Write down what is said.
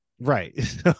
Right